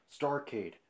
Starcade